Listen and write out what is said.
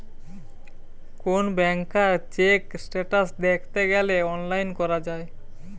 কোন ব্যাংকার check status দ্যাখতে গ্যালে অনলাইন করা যায়